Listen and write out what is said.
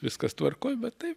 viskas tvarkoj bet tai